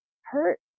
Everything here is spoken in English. hurt